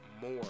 more